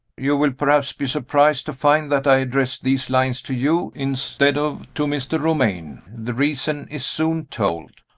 you will perhaps be surprised to find that i address these lines to you, instead of to mr. romayne. the reason is soon told.